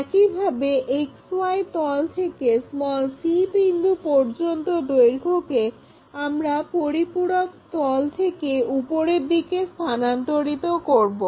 একইভাবে XY তল থেকে C বিন্দু পর্যন্ত দৈর্ঘ্যকে আমরা পরিপূরক তল থেকে উপরের দিকে স্থানান্তরিত করব